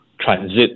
transit